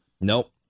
Nope